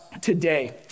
today